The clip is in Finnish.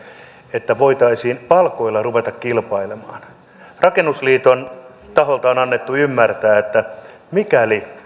että voitaisiin palkoilla ruveta kilpailemaan niin rakennusliiton taholta on annettu ymmärtää että mikäli